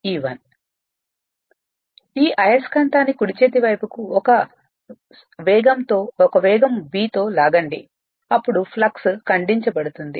E 1 ఈ అయస్కాంతాన్ని కుడి చేతి వైపుకు ఒక స్పీడ్ B తో లాగండి అప్పుడు ఫ్లక్స్ ఖండించ బడుతుంది